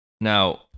now